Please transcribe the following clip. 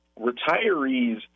retirees